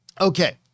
Okay